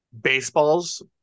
baseballs